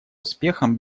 успехом